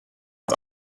dat